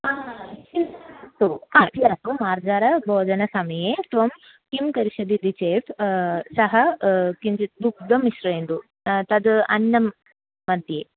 मार्जारः भोजनसमये त्वं किं करिष्यति इति चेत् सः किञ्चित् दुग्धं मिश्रयन्तु तत् अन्नं मध्ये